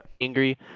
angry